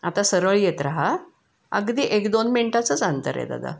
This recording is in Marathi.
आता सरळ येत राहा अगदी एक दोन मिनटाचंच अंतर आहे दादा